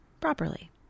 properly